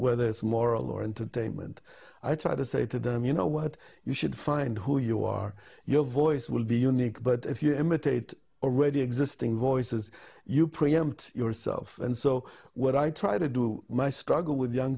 whether it's moral or entertainment i try to say to them you know what you should find who you are your voice will be unique but if you imitate already existing voices you preempt yourself and so what i try to do my struggle with young